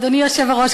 אדוני היושב-ראש,